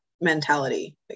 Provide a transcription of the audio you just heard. mentality